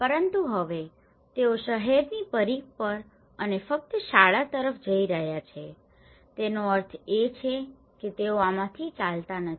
પરંતુ હવે તેઓ શહેરની પરિઘ પર અને ફક્ત શાળા તરફ જઇ રહ્યા છે જેનો અર્થ છે કે તેઓ આમાંથી ચાલતા નથી